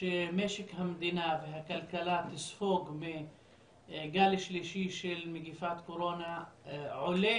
שמשק המדינה והכלכלה יספגו מגל שלישי של מגפת הקורונה עולים